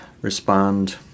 respond